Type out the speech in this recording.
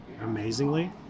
amazingly